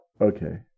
Okay